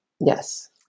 Yes